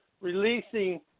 releasing